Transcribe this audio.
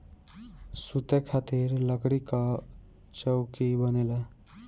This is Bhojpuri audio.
सुते खातिर लकड़ी कअ चउकी बनेला